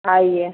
आइए